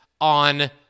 on